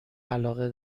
علاقه